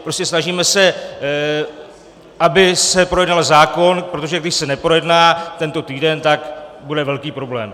Prostě se snažíme, aby se projednal zákon, protože když se neprojedná tento týden, tak bude velký problém.